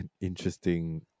interesting